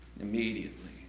Immediately